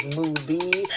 movie